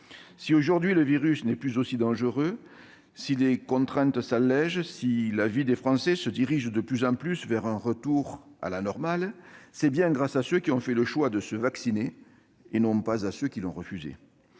Si actuellement le virus n'est plus aussi dangereux qu'auparavant, si les contraintes s'allègent, si la vie des Français se dirige de plus en plus vers un retour à la normale, c'est bien grâce à ceux qui ont fait le choix de se vacciner et non grâce à ceux qui ont refusé